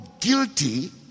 guilty